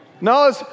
No